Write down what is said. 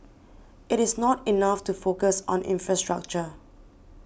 it is not enough to focus on infrastructure